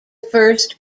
first